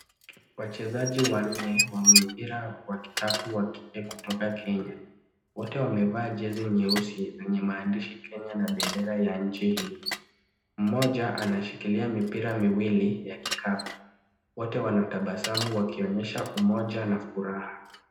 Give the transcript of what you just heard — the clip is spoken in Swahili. Wachezaji wanne wa mpira wa kikapu kutoka Kenya. Wote wamevaa jezi nyeusi yenye maandishi Kenya na bedenra ya nchi hii. Mmoja anashikilia mipira miwili ya kikapu. Wote wanatabasamu wakionyesha umoja na furaha.